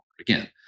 again